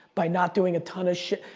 by not doing a ton of shit.